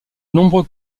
nombreux